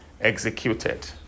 executed